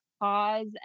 pause